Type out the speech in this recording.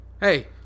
hey